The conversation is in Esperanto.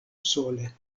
sole